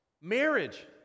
marriage